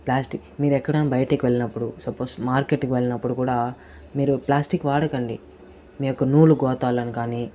plastic మీరు ఎక్కడైనా బయటికి వెళ్ళినప్పుడు సపోస్ మార్కెట్ కి వెళ్ళినప్పుడు కూడా మీరు ప్లాస్టిక్ వాడకండి మీ యొక్క నూలు గోతాలను కానీ